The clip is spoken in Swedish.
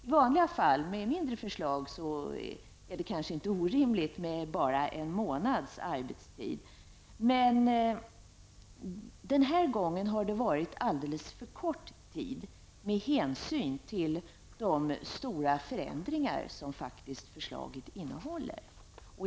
I vanliga fall och med mindre förslag är det kanske inte orimligt med bara en månads arbetstid, men den här gången har det varit alldeles för kort tid med hänsyn till de stora förändringar som förslaget faktiskt innehåller.